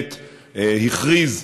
הקבינט הכריז,